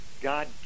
God